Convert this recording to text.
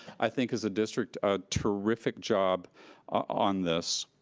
i think as a district, a terrific job on this.